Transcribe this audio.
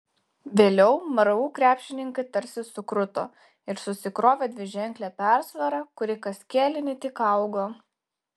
vėliau mru krepšininkai tarsi sukruto ir susikrovė dviženklę persvarą kuri kas kėlinį tik augo